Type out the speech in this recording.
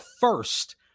first